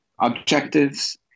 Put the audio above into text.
objectives